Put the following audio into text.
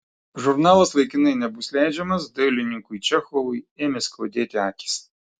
žurnalas laikinai nebus leidžiamas dailininkui čechovui ėmė skaudėti akys